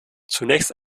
zunächst